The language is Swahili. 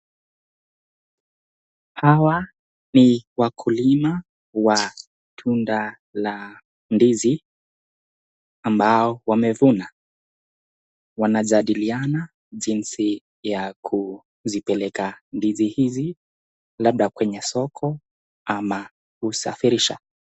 Hawa ni wakulima wa tunda la ndizi ambao wamevuna, wanajadiliana jinsi ya kuzipeleka ndizi hizi labda kwenye soko ama kusafirisha.